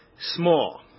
small